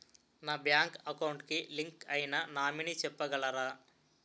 నా bank account కి link అయినా నామినీ చెప్పగలరా?